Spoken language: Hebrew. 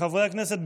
חברי הכנסת,